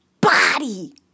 body